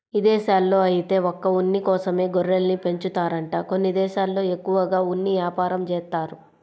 ఇదేశాల్లో ఐతే ఒక్క ఉన్ని కోసమే గొర్రెల్ని పెంచుతారంట కొన్ని దేశాల్లో ఎక్కువగా ఉన్ని యాపారం జేత్తారు